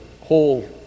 whole